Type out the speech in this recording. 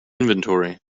inventory